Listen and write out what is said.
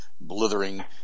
blithering